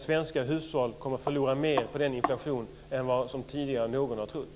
Svenska hushåll kommer att förlora mer på den inflationen än vad någon tidigare trott.